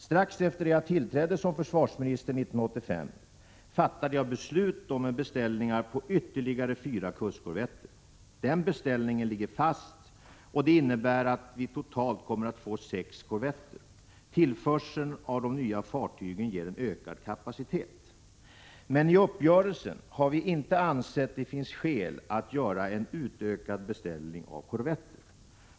Strax efter det att jag tillträdde som försvarsminister 1985 fattade jag beslut om en beställning på ytterligare fyra kustkorvetter. Den beställningen ligger fast, och det innebär att vi totalt kommer att få sex korvetter. Tillförseln av de nya fartygen ger en ökad kapacitet. I uppgörelsen har vi inte ansett att det finns skäl att göra en utökad beställning av korvetter.